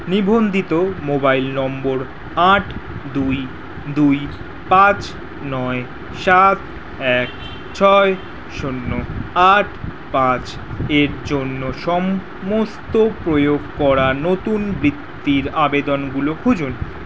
নিবন্ধিত mobile number আট দুই দুই পাঁচ নয় সাত এক ছয় শূন্য আট পাঁচ এর জন্য সমস্ত প্রয়োগ করা নতুন বৃত্তির আবেদনগুলো খুঁজুন